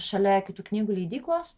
šalia kitų knygų leidyklos